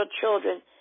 children